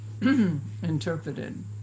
interpreted